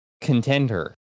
contender